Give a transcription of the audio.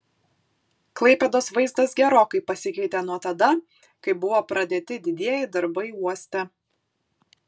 klaipėdos vaizdas gerokai pasikeitė nuo tada kai buvo pradėti didieji darbai uoste